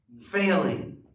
failing